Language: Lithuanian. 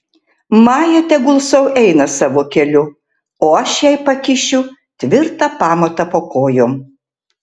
maja tegul sau eina savo keliu o aš jai pakišiu tvirtą pamatą po kojom